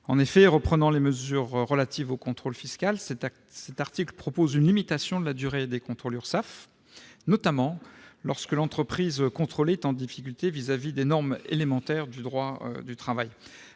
16 , qui traite des mesures relatives au contrôle fiscal, prévoit une limitation de la durée des contrôles de l'URSSAF, notamment lorsque l'entreprise contrôlée est en difficulté au regard des normes élémentaires du droit du travail.